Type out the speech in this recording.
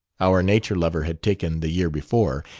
our nature-lover had taken, the year before,